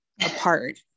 apart